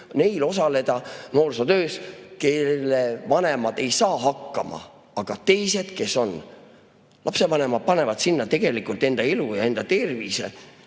neil osaleda noorsootöös, kelle vanemad ei saa hakkama. Aga teised, kes on lapsevanemad, panevad sinna tegelikult enda elu ja enda tervise